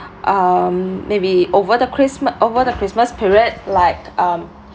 um maybe over the christma~ over the christmas period like um